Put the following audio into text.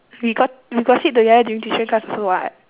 we got we got sit together during tuition class also [what]